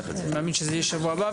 אני מאמין שזה יהיה בשבוע הבא,